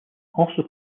also